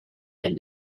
and